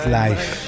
life